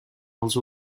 els